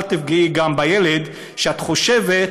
אל תפגעי גם בילד שאת חושבת